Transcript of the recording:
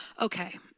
Okay